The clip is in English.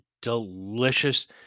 delicious